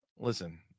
Listen